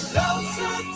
Closer